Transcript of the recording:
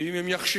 ואם הם יחששו